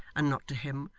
and not to him.